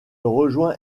rejoint